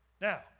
Now